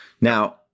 Now